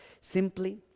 simply